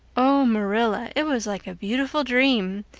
oh, marilla, it was like a beautiful dream!